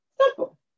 Simple